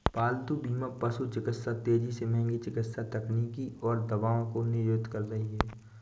पालतू बीमा पशु चिकित्सा तेजी से महंगी चिकित्सा तकनीकों और दवाओं को नियोजित कर रही है